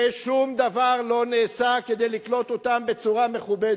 ושום דבר לא נעשה כדי לקלוט אותם בצורה מכובדת.